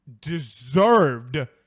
deserved